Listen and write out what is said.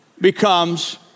becomes